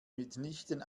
mitnichten